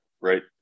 right